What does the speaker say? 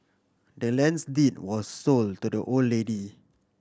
the land's deed was sold to the old lady